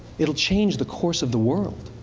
it'll change the course of the world.